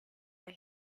der